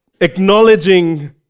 acknowledging